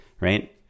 Right